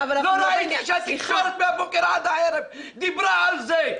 לא ראיתי שהתקשורת מהבוקר עד הערב דיברה על זה.